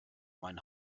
mein